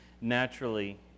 naturally